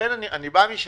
אני בא משם,